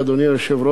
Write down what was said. אדוני השר.